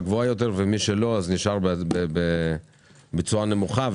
גבוהה יותר ומי שאין לו אוריינות פיננסית נשאר בתשואה נמוכה,